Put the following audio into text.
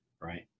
right